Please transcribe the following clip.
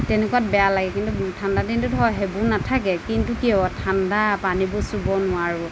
তেনেকুৱাত বেয়া লাগে কিন্তু ঠাণ্ডা দিনটো ধৰ সেইবোৰ নাথাকে কিন্তু কি হ'ব ঠাণ্ডা পানীবোৰ চুব নোৱাৰোঁ